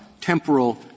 Temporal